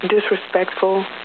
disrespectful